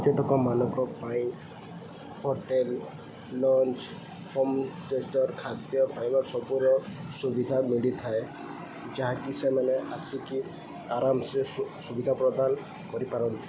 ପର୍ଯ୍ୟଟକମାନଙ୍କ ପାଇଁ hotel launch ଖାଦ୍ୟ ଖାଇବାର ସବୁର ସୁବିଧା ମିଳିଥାଏ ଯାହାକି ସେମାନେ ଆସିକି ଆରାମ୍ସେ ସୁବିଧା ପ୍ରଦାନ କରିପାରନ୍ତି